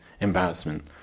embarrassment